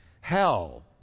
Hell